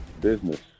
business